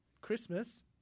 Christmas